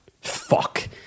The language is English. fuck